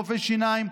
רופאי שיניים,